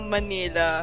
Manila